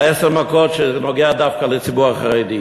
עשר המכות, כשזה נוגע דווקא לציבור החרדי.